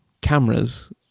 cameras